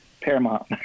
paramount